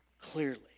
clearly